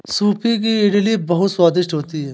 सूजी की इडली बहुत स्वादिष्ट होती है